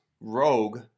rogue